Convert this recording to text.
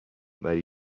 ولی